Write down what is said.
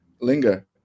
Linger